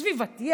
סביבתי,